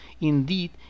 Indeed